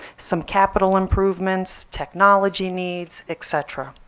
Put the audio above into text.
some capital improvements, technology needs, et cetera.